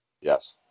Yes